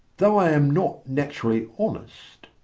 though i am not naturally honest,